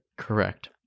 Correct